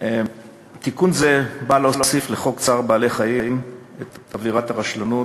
תיקון זה בא להוסיף לחוק צער בעלי-חיים את עבירת הרשלנות